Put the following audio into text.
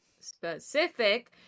specific